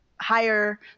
higher